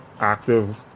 active